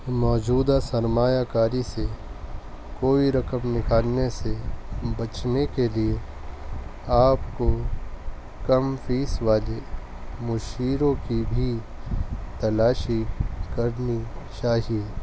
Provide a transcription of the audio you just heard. موجودہ سرمایہ کاری سے کوئی رقم نکالنے سے بچنے کے لیے آپ کو کم فیس والے مشیروں کی بھی تلاشی کرنی چاہیے